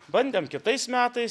bandėm kitais metais